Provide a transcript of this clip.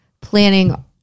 planning